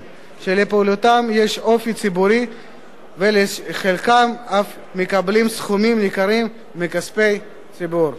שלפעולתם יש אופי ציבורי ושחלקם אף מקבלים סכומים ניכרים מכספי ציבור.